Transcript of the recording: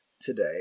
today